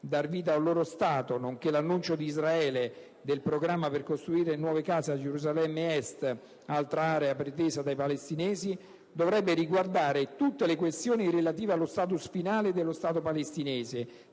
dar vita a un loro Stato, nonché all'annuncio di Israele del programma per costruire nuove case a Gerusalemme Est, altra area pretesa dai palestinesi - dovrebbe riguardare tutte le questioni relative allo *status* finale dello Stato palestinese,